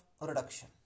reduction